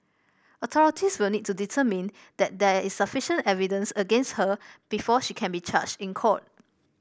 authorities will need to determine that there is sufficient evidence against her before she can be charged in court